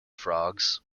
frogs